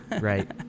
right